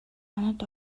манайд